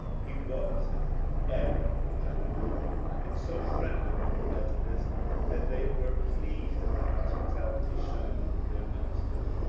he was an admirable gen tleman and so friendly with the methodists that they were pleased at the hospitality shown their minister.